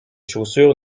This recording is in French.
chaussures